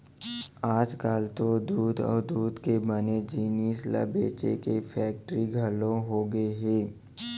आजकाल तो दूद अउ दूद के बने जिनिस ल बेचे के फेक्टरी घलौ होगे हे